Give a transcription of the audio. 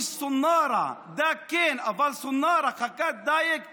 (מתרגם את דבריו לערבית.) דג כן אבל חכת דיג לא.